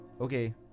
okay